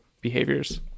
behaviors